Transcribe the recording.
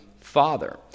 father